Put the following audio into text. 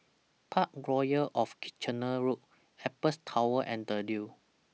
Parkroyal of Kitchener Road Apex Tower and The Leo